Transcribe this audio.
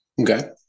Okay